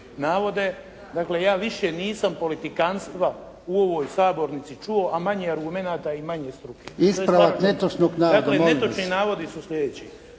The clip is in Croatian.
navode. Dakle ja više nisam politikanstva u ovoj sabornici čuo, a manje argumenata i manje struke. **Jarnjak, Ivan (HDZ)** Ispravak netočnog navoda. Molim